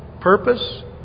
purpose